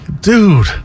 Dude